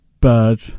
Bird